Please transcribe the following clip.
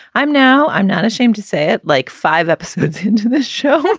i'm now i'm not ashamed to say it like five episodes into this show.